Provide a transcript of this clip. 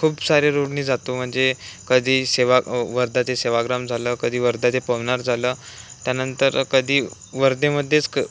खूप सारे रोडने जातो म्हणजे कधी सेवा वर्धाचे सेवाग्राम झालं कधी वर्धाचे पवनार झालं त्यानंतर कधी वर्धेमध्येच क